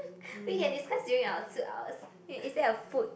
we can discuss during our hours is is that a food